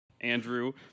Andrew